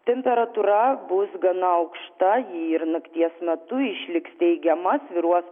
temperatūra bus gana aukšta ji ir nakties metu išliks teigiama svyruos